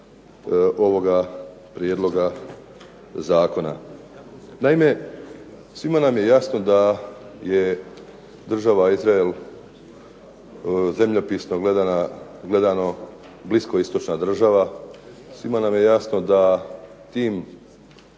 ovoga prijedloga zakona. Naime, svima nam je jasno da je Država Izrael zemljopisno gledano bliskoistočna država, svima nam je jasno da tim